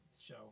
show